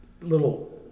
little